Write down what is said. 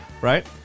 right